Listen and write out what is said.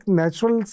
natural